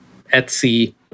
Etsy